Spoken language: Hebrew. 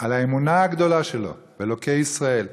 על האמונה הגדולה שלו באלוקי ישראל.